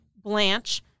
Blanche